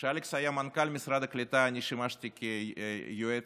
כשאלכס היה מנכ"ל משרד הקליטה אני שימשתי יועץ